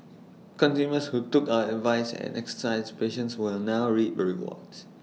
consumers who took our advice and exercised patience will now reap the rewards